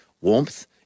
warmth